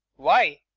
why?